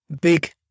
big